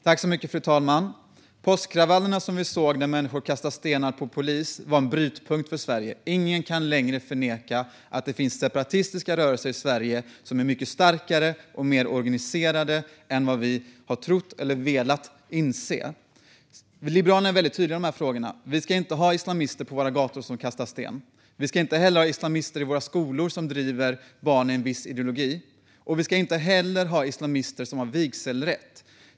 Fru talman! Påskkravallerna, där vi såg människor kasta stenar på polis, var en brytpunkt för Sverige. Ingen kan längre förneka att det finns separatistiska rörelser i Sverige, som är mycket starkare och mer organiserade än vad vi har trott eller velat inse. Liberalerna är väldigt tydliga i de här frågorna. Vi ska inte ha islamister på våra gator som kastar sten. Vi ska inte ha islamister i våra skolor som driver barn in i en viss ideologi, och vi ska inte heller ha islamister som har vigselrätt.